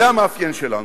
זה המאפיין שלנו.